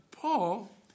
Paul